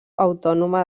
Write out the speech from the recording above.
autònoma